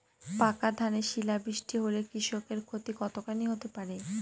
পাকা ধানে শিলা বৃষ্টি হলে কৃষকের ক্ষতি কতখানি হতে পারে?